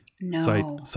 No